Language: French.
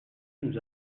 nous